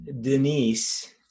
Denise